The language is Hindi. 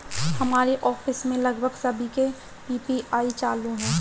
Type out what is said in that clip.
हमारे ऑफिस में लगभग सभी के पी.पी.आई चालू है